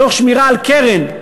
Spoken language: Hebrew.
תוך שמירה על קרן,